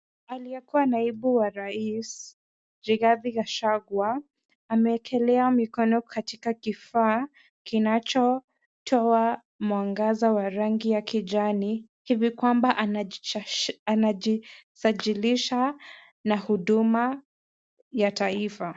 Aliyekua naibu wa rais, Rigathi Gashagua, ameekelea mikono katika kifaa kinacho toa mwangaza wa rangi ya kijani, hivi kwamba anajisajilisha na huduma ya taifa.